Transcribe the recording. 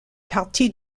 partie